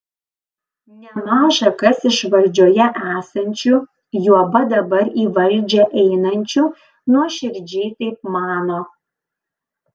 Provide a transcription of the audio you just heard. nemaža kas iš valdžioje esančių juoba dabar į valdžią einančių nuoširdžiai taip mano